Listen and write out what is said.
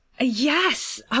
Yes